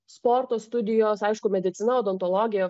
sporto studijos aišku medicina odontologija